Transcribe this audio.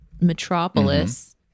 Metropolis